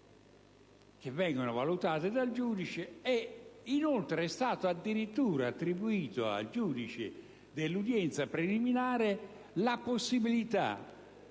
a discarico valutate poi dal giudice - vede addirittura attribuita al giudice dell'udienza preliminare la possibilità